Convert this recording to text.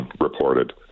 reported